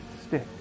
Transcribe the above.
stick